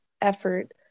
effort